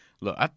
look